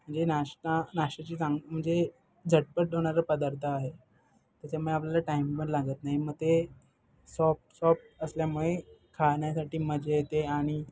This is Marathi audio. म्हणजे नाश्ता नाश्त्याची चांग म्हणजे झटपट होणारा पदार्थ आहे त्याच्यामुळे आपल्याला टाईम पण लागत नाही म ते सॉफ्ट सॉफ्ट असल्यामुळे खाण्यासाठी मजा येते आणि